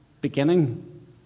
beginning